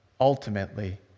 ultimately